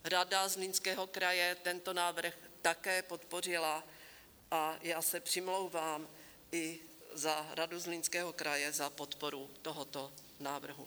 Rada Zlínského kraje tento návrh také podpořila a já se přimlouvám i za Radu Zlínského kraje za podporu tohoto návrhu.